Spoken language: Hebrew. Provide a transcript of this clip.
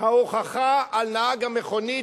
ההוכחה על נהג המכונית,